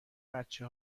بچه